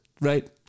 Right